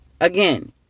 Again